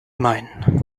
meinen